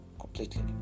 completely